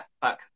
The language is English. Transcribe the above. back